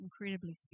incredibly